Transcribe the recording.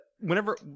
Whenever